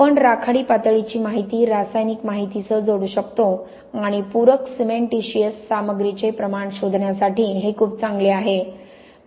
आपण राखाडी पातळीची माहिती रासायनिक माहितीसह जोडू शकतो आणि पूरक सिमेंटीशिअस सामग्रीचे प्रमाण शोधण्यासाठी हे खूप चांगले आहे